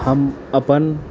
हम अपन